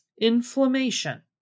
inflammation